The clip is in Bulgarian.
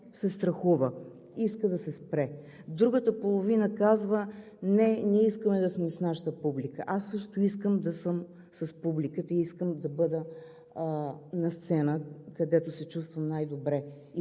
се страхува и иска да се спрат. Но другата половина казва: „Не, ние искаме да сме с нашата публика.“ Аз също искам да съм с публиката. Искам да бъда на сцена, където се чувствам най-добре,